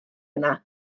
yna